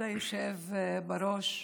כבוד היושב בראש,